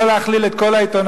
לא להכליל את כל העיתונאים,